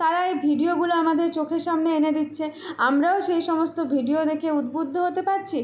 তারা এই ভিডিওগুলো আমাদের চোখের সামনে এনে দিচ্ছে আমরাও সেই সমস্ত ভিডিও দেখে উদ্বুদ্ধ হতে পাচ্ছি